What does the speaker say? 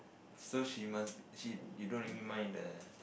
so she must she you don't really mind the